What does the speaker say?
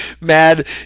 mad